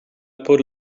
put